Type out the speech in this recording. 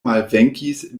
malvenkis